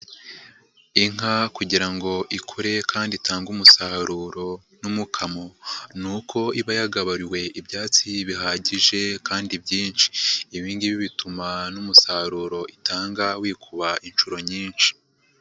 Inka kugira ngo ikure kandi itange umusaruro n'umukamo ni uko iba yagaburiwe ibyatsi bihagije kandi byinshi, ibi ngibi bituma n'umusaruro itanga wikuba inshuro nyinshi.